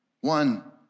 One